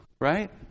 right